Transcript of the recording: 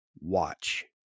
watch